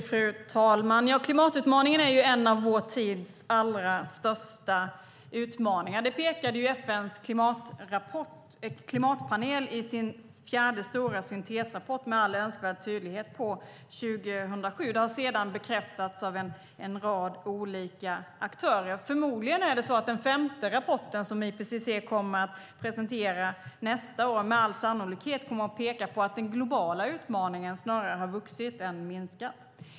Fru talman! Klimatutmaningen är en av vår tids allra största utmaningar. Det pekade FN:s klimatpanel med all önskvärd tydlighet på i sin fjärde stora syntesrapport 2007. Det har sedan bekräftats av en rad olika aktörer. Förmodligen - eller med all sannolikhet - kommer den femte rapport som IPCC kommer att presentera nästa år att peka på att den globala utmaningen snarare har vuxit än minskat.